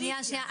אז שנייה,